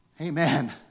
Amen